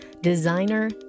designer